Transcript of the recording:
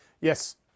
Yes